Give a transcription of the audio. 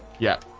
yeah